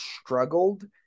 struggled